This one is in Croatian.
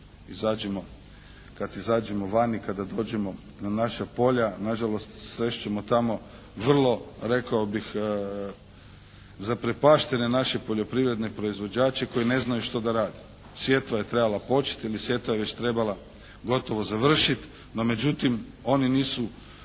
Evo, kad izađemo van i kada dođemo na naša polja nažalost srest ćemo tamo vrlo rekao bih zaprepaštene naše poljoprivredne proizvođače koji ne znaju šta da rade. Sjetva je trebala početi ili sjetva je već trebala gotovo završiti, no međutim oni nisu